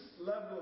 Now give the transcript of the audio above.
level